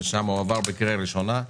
ששם הוא עבר בקריאה ראשונה.